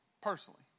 personally